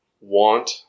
want